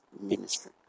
ministry